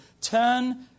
turn